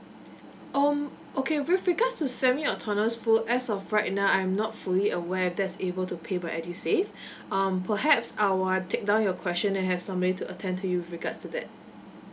um okay with regards to semi autonomous school as of right now I'm not fully aware if that's able to pay by edusave um perhaps I will take down your question and have somebody to attend to you with regards to that